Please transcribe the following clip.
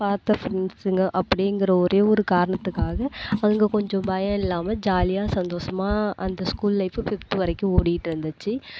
பார்த்த ஃப்ரெண்ட்ஸுங்க அப்படிங்குற ஒரே ஒரு காரணத்துக்காக அங்கே கொஞ்சம் பயம் இல்லாம ஜாலியாக சந்தோஷமாக அந்த ஸ்கூல் லைஃப் ஃபிப்த்து வரைக்கும் ஓடிகிட்டு இருந்துச்சு